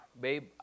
Babe